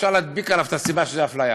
אפשר להדביק עליה את הסיבה של אפליה.